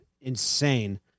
insane